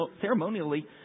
ceremonially